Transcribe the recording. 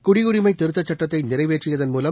குடியுரிமை திருத்தச் சட்டத்தை நிறைவேற்றியதன் மூலம்